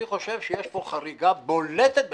אני חושב שיש פה חריגה בולטת בסמכות,